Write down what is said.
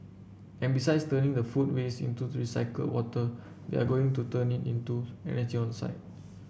and besides turning the food waste into recycled water we are going to turn it into energy on site